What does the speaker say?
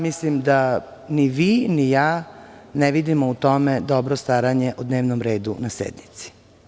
Mislim da ni vi, ni ja ne vidimo u tome dobro staranje o dnevnom redu na sednici.